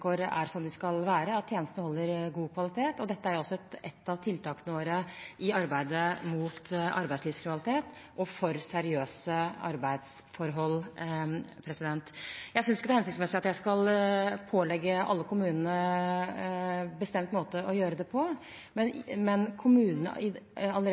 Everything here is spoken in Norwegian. er som de skal være, og at tjenestene holder god kvalitet. Dette er også ett av tiltakene våre i arbeidet mot arbeidslivskriminalitet og for seriøse arbeidsforhold. Jeg synes ikke det er hensiktsmessig at jeg skal pålegge alle kommunene en bestemt måte å gjøre dette på. Kommunene skal allerede i